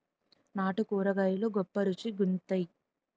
నాటు కూరగాయలు గొప్ప రుచి గుంత్తై